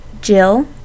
Jill